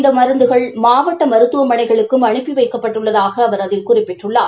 இந்த மருந்துகள் மாவட்ட மருத்துவமனைகளுக்கும் அனுப்பி அவைக்கப்பட்டுள்ளதாக அவர் அதில் குறிப்பிட்டள்ளார்